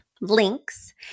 links